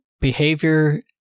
behavior